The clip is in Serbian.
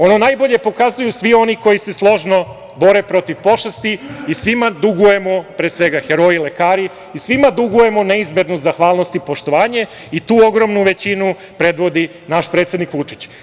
Ono najbolje pokazuju svi oni koji se složno bore protiv pošasti i svima dugujemo, pre svega heroji lekari i svima dugujemo neizmernu zahvalnost i poštovanje i tu ogromnu većinu predvodi naš predsednik Vučić.